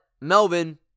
Melvin